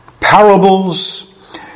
parables